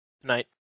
tonight